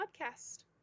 podcast